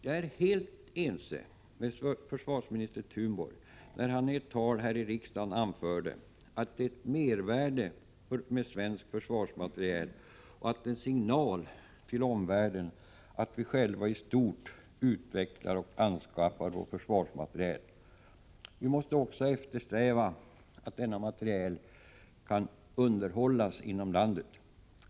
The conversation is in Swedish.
Jag är helt ense med försvarsminister Thunborg, när han i ett tal här i riksdagen anförde att det är ett mervärde med svensk försvarsmateriel och att det är en signal till omvärlden om vi själva i stort utvecklar och anskaffar vår försvarsmateriel. Vi måste också eftersträva att denna materiel kan underhållas inom landet.